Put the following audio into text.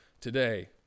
today